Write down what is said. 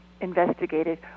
investigated